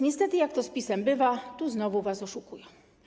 Niestety, jak to z PiS-em bywa, znowu was oszukują.